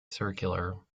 circular